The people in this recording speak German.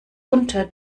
unter